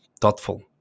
thoughtful